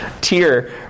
tier